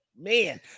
man